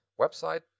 website